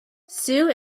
sue